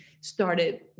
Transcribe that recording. started